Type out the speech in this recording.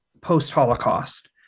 post-Holocaust